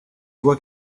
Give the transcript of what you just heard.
voit